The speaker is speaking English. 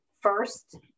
first